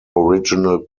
original